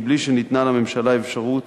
בלי שניתנה לממשלה אפשרות